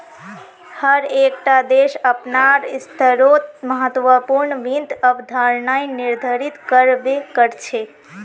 हर एक टा देश अपनार स्तरोंत महत्वपूर्ण वित्त अवधारणाएं निर्धारित कर बे करछे